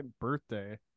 birthday